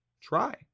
try